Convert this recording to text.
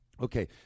okay